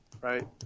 right